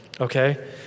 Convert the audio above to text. okay